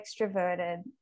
extroverted